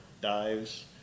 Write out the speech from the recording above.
dives